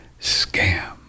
scam